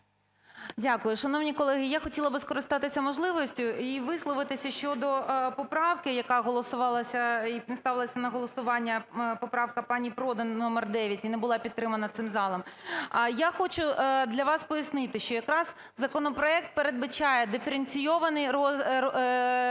Дякую. Шановні колеги, я хотіла би скористатися можливістю і висловитися щодо поправки, яка голосувалася… не ставилася на голосування поправка пані Продан номер 9, і не була підтримана цим залом. Я хочу для вас пояснити, що якраз законопроект передбачає диференційований підхід